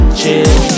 chill